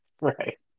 Right